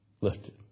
lifted